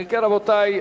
אם כן, רבותי,